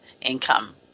income